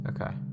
Okay